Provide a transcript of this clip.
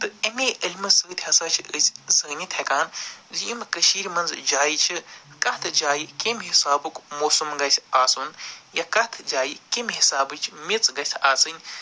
تہٕ امے علمہٕ سۭتۍ ہسا چھِ أسۍ زٲنِتۍ ہٮ۪کان زِ یِم کٔشیٖرِ منٛز جایہِ چھِ کَتھ جایہِ کمہِ حِسابُک موسم گَسہِ آسُن یا کتھ جایہِ کمہِ حِسابٕچ میٚژ گَژھِ آسٕنۍ